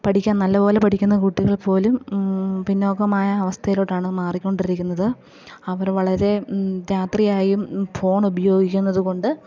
പഠിക്കാൻ നല്ലത് പോലെ പഠിക്കുന്ന കുട്ടികൾ പോലും പിന്നോക്കമായ അവസ്ഥയിലോട്ടാണ് മാറിക്കൊണ്ടിരിക്കുന്നത് അവർ വളരെ രാത്രിയായി ഫോണ് ഉപയോഗിക്കുന്നത് കൊണ്ട്